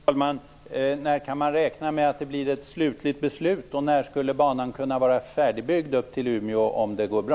Fru talman! När kan man räkna med att det blir ett slutligt beslut? Och när skulle banan kunna vara färdigbyggd upp till Umeå, om det går bra?